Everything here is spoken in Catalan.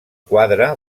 quadre